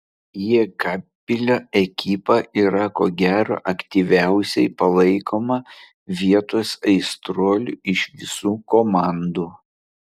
jekabpilio ekipa yra ko gero aktyviausiai palaikoma vietos aistruolių iš visų komandų